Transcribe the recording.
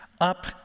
up